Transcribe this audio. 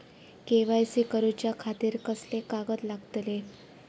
KYC करूच्या खातिर कसले कागद लागतले?